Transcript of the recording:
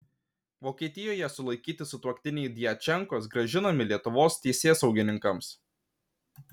vokietijoje sulaikyti sutuoktiniai djačenkos grąžinami lietuvos teisėsaugininkams